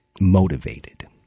motivated